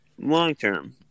long-term